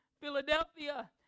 Philadelphia